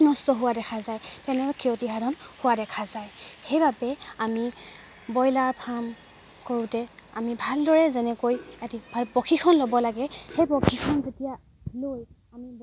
নষ্ট হোৱা দেখা যায় তেনেকৈ ক্ষতিসাধন হোৱা দেখা যায় সেইবাবে আমি ব্ৰইলাৰ ফাৰ্ম কৰোঁতে আমি ভালদৰে যেনেকৈ এটি প্ৰশিক্ষণ ল'ব লাগে সেই প্ৰশিক্ষণ যেতিয়া লৈ আমি